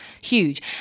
huge